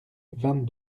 vingt